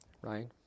right